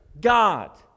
God